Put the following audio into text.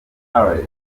party